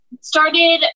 started